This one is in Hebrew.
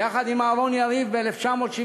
יחד עם אהרן יריב ב-1974